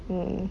mm